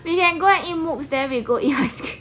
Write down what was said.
we can go and eat mooks then we go eat ice cream